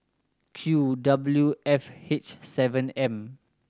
Q W F H seven M